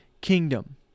kingdom